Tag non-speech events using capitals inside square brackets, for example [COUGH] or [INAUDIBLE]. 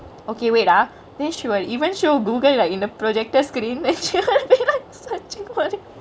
okay wait ah then she will even show Google like in the projector screen [LAUGHS]